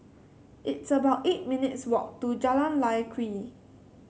it's about eight minutes' walk to Jalan Lye Kwee